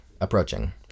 approaching